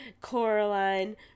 Coraline